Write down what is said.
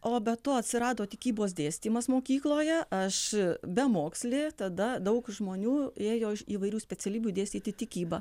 o be to atsirado tikybos dėstymas mokykloje aš bemokslė tada daug žmonių ėjo iš įvairių specialybių dėstyti tikybą